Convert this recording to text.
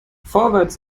vorwärts